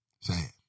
sad